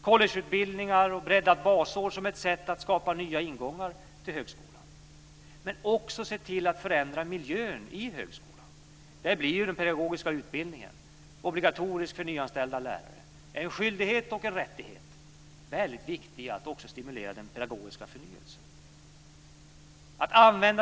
Collegeutbildningar och breddat basår är ett sätt att skapa nya ingångar till högskolan. Men det gäller också att se till att förändra miljön i högskolan. Där blir den pedagogiska utbildningen obligatorisk för nyanställda lärare. Det är en skyldighet och en rättighet. Det är väldigt viktigt att också stimulera den pedagogiska förnyelsen.